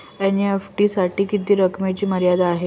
NEFT साठी किती रकमेची मर्यादा आहे?